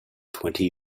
twenty